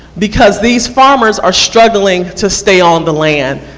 because these farmers are struggling to stay on the land.